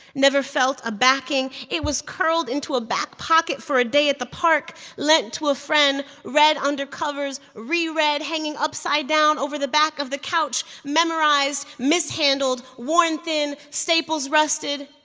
never felt a backing. it was curled into a back pocket for a day at the park, lent to a friend, read under covers, re-read hanging upside down over the back of the couch memorized, mishandled, worn thin, staples rusted